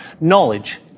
Knowledge